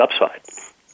upside